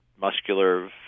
muscular